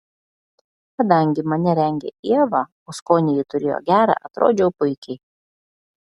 kadangi mane rengė ieva o skonį ji turėjo gerą atrodžiau puikiai